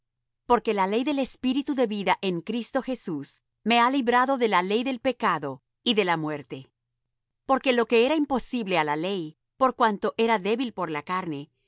porque la ley del espíritu de vida en cristo jesús me ha librado de la ley del pecado y de la muerte porque lo que era imposible á la ley por cuanto era débil por la carne